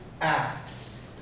acts